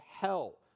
hell